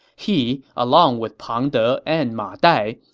he, along with pang de and ma dai,